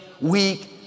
weak